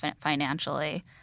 financially